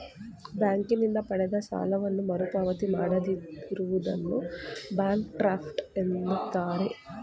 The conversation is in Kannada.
ಬ್ಯಾಂಕಿನಿಂದ ಪಡೆದ ಸಾಲವನ್ನು ಮರುಪಾವತಿ ಮಾಡದಿರುವುದನ್ನು ಬ್ಯಾಂಕ್ರಫ್ಟ ಎನ್ನುತ್ತಾರೆ